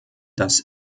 das